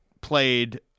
played